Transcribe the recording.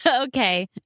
Okay